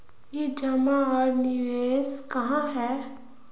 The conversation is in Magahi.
ई जमा आर निवेश का है?